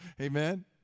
Amen